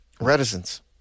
reticence